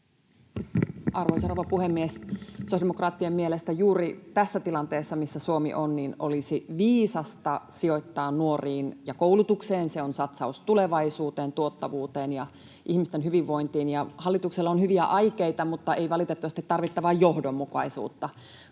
Arvoisa rouva puhemies! Sosiaalidemokraattien mielestä juuri tässä tilanteessa, missä Suomi on, olisi viisasta sijoittaa nuoriin ja koulutukseen. Se on satsaus tulevaisuuteen, tuottavuuteen ja ihmisten hyvinvointiin. Hallituksella on hyviä aikeita, mutta ei valitettavasti tarvittavaa johdonmukaisuutta,